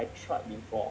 I tried before